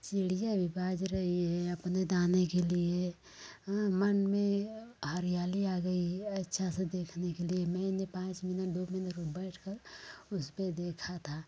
चिड़िया भी बाज रही है अपने दाने के लिए मन में हरियाली आ गई अच्छा सा देखने के लिए मैंने पाँच मिनट धूप में देखो बैठ कर उस पर देखा था